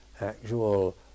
actual